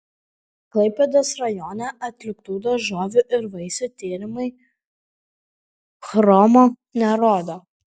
klaipėdos rajone atliktų daržovių ir vaisių tyrimai chromo nerodo